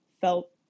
felt